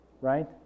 right